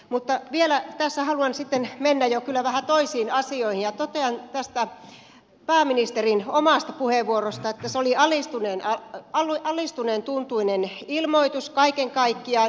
mutta vielä tässä haluan sitten mennä jo kyllä vähän toisiin asioihin ja totean tästä pääministerin omasta puheenvuorosta että se oli alistuneen tuntuinen ilmoitus kaiken kaikkiaan